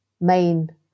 main